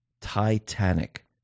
Titanic